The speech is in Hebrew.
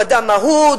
הוא אדם אהוד,